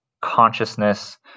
consciousness